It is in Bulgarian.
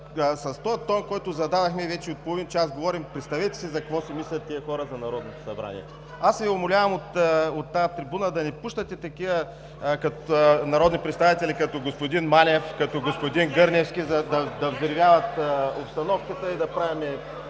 С този тон, който зададохме и вече от половин час говорим, представете си какво си мислят тези хора за Народното събрание? Аз Ви умолявам от тази трибуна да не пускате такива народни представители – като господин Манев, като господин Гърневски, за да взривяват обстановката, да говорят